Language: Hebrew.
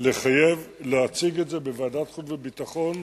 לחייב להציג את זה בוועדת חוץ וביטחון,